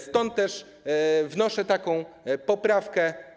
Stąd też wnoszę taką poprawkę.